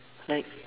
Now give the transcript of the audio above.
like